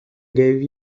gave